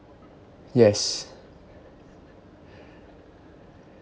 yes